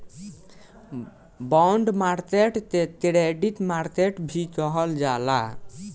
bond market के credit market भी कहल जाला